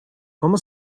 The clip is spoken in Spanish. cómo